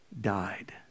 died